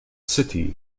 city